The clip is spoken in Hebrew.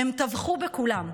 הם טבחו בכולם.